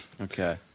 Okay